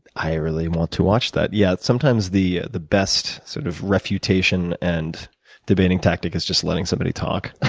i really want to watch that. yeah, sometimes the the best sort of refutation and debating tactic is just letting somebody talk.